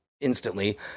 instantly